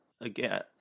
again